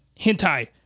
hentai